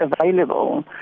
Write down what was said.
available